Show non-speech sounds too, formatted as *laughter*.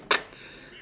*noise*